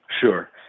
Sure